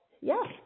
Yes